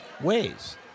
ways